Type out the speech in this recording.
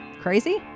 Crazy